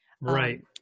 Right